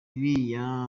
iriya